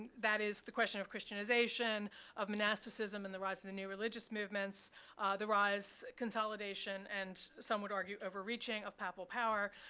that is the question of christianization of monasticism and the rise of the new religious movements the rise, consolidation, and some would argue, overreaching of papal power